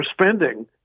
spending